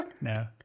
No